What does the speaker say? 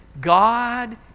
God